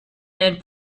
and